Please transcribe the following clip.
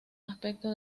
aspecto